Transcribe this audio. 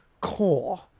core